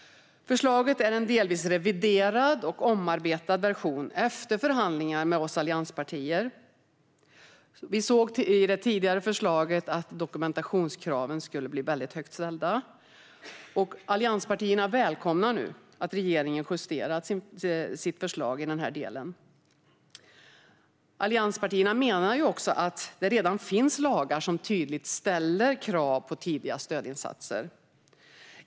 Förslaget är en delvis reviderad och omarbetad version efter förhandlingar med oss i allianspartierna. Vi såg i tidigare förslag att dokumentationskraven skulle bli högt ställda. Allianspartierna välkomnar att regeringen justerat sitt förslag i den delen. Allianspartierna menar också att det redan finns lagar som tydligt ställer krav på tidiga stödinsatser.